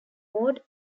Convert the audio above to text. ward